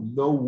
no